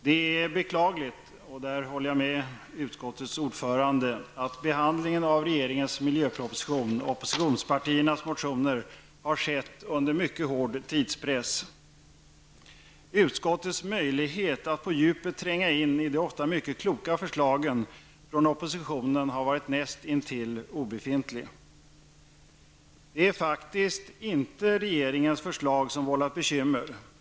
Det är därför beklagligt -- och där håller jag med utskottets ordförande att behandlingen av regeringens miljöproposition och oppositionspartiernas motioner har skett under mycket hård tidspress. Utskottets möjlighet att på djupet tränga in i de ofta mycket kloka förslagen från oppositionen har varit nästintill obefintlig. Det är faktiskt inte regeringens förslag som vållat bekymmer.